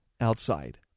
outside